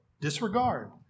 disregard